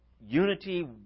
unity